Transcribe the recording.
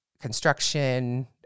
construction